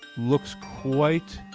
looks quite